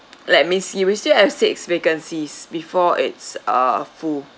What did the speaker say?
let me see we still have six vacancies before it's uh full